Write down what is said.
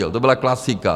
To byla klasika.